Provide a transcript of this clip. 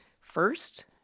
first